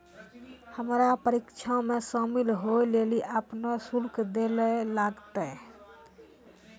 हमरा परीक्षा मे शामिल होय लेली अपनो शुल्क दैल लागतै